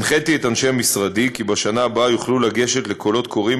הנחיתי את אנשי משרדי כי בשנה הבאה יוכלו לגשת לקולות קוראים